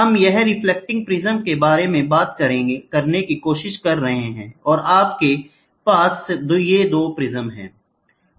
हम यहां reflecting prism के बारे में बात करने की कोशिश कर रहे हैं और आपके पास ये दो प्रिज़्म हैं